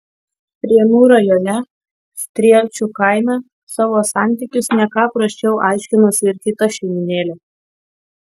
prienų rajone strielčių kaime savo santykius ne ką prasčiau aiškinosi ir kita šeimynėlė